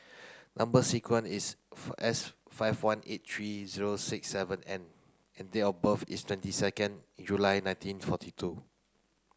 number sequence is S five one eight three zero six seven N and date of birth is twenty second July nineteen forty two